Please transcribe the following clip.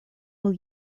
will